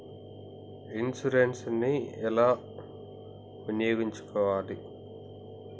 Insurance ని నేను ఎలా వినియోగించుకోవాలి?